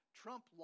trump